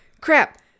crap